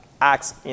acts